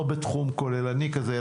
לא בתחום כוללני כזה,